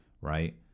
right